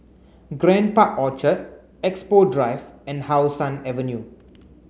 Grand Park Orchard Expo Drive and How Sun Avenue